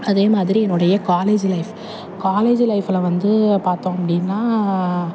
அதே மாதிரி என்னுடைய காலேஜ் லைஃப் காலேஜு லைஃப்பில் வந்து பார்த்தோம் அப்படினா